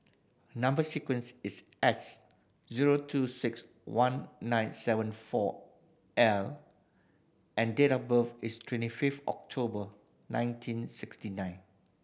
number sequence is S zero two six one nine seven four L and date of birth is twenty fifth October nineteen sixty nine